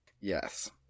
Yes